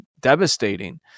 devastating